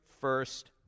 first